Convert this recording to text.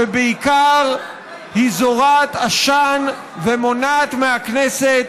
ובעיקר היא זורעת עשן ומונעת מהכנסת